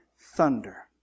thunder